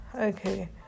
Okay